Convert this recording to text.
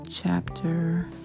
chapter